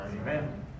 Amen